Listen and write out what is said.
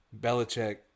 Belichick